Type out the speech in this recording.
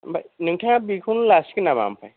ओमफ्राय नोंथाङा बेखौनो लासिगोन नामा ओमफ्राय